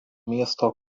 miesto